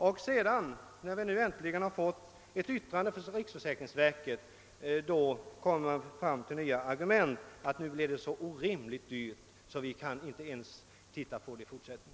Och när vi nu äntligen har fått ett yttrande från riksförsäkringsverket, så möter vi ett nytt argument, nämligen att en ändring blir så orimligt dyr att man inte ens kan fundera på den i fortsättningen.